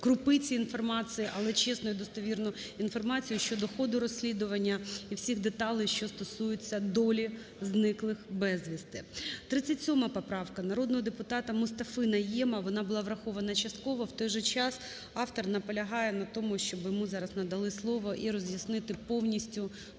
крупиці інформації, але чесну і достовірну інформацію щодо ходу розслідування і всіх деталей, що стосуються долі зниклих безвісти. 37 поправка народного депутата МустафиНайєма. Вона була врахована частково. В той же час автор наполягає на тому, щоб йому зараз надали слово і роз'яснити повністю новели